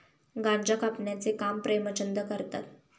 गांजा कापण्याचे काम प्रेमचंद करतात